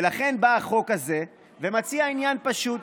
ולכן בא החוק הזה ומציע עניין פשוט,